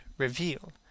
reveal